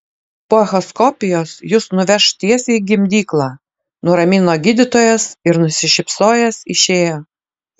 po echoskopijos jus nuveš tiesiai į gimdyklą nuramino gydytojas ir nusišypsojęs išėjo